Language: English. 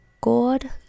God